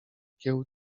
kieł